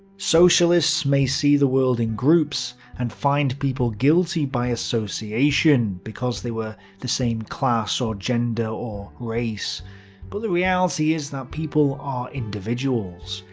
socialists may see the world in groups and find people guilty by association because they were the same class, or gender, or race but the reality is that people are individuals.